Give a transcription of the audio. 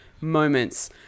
moments